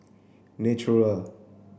Naturel